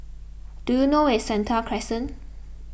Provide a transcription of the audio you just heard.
do you know where is Sentul Crescent